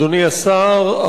אדוני השר,